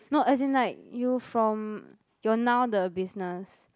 no as in like you from your now the business